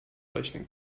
rechnen